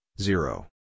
zero